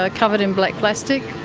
ah covered in black plastic,